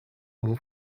mon